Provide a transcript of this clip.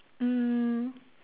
um